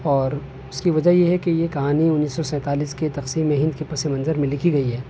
اور اس کی وجہ یہ ہے کہ یہ کہانی انیس سو سینتالیس کے تقسیم ہند کے پس منظر میں لکھی گئی ہے